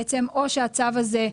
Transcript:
בעצם או שהצו הזה,